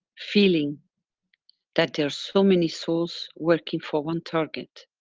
feeling that there's so many souls working for one target.